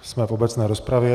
Jsme v obecné rozpravě.